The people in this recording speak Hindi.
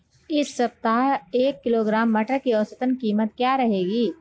इस सप्ताह एक किलोग्राम मटर की औसतन कीमत क्या रहेगी?